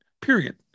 Period